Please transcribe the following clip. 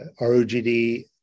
ROGD